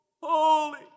Holy